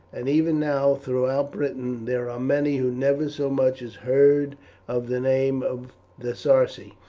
and even now throughout britain there are many who never so much as heard of the name of the sarci,